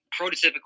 prototypical